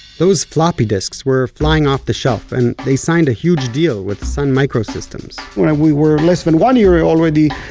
those floppy disks were flying off the shelf, and they signed a huge deal with sun microsystems when we were less than one year already,